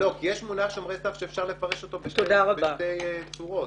יש מונח שומרי סף שאפשר לפרש בשתי צורות.